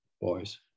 boys